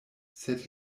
sed